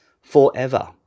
forever